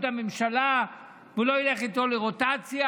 הממשלה והוא לא ילך איתו לרוטציה?